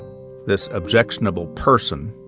this objectionable person,